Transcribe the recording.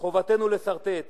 חובתנו לסרטט אותו.